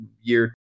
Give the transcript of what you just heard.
year